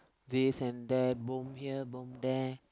this and that bomb here bomb there